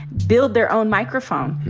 build their own microphone.